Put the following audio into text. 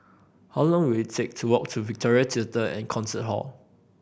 how long will it take to walk to Victoria Theatre and Concert Hall